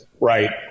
right